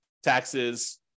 taxes